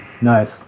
Nice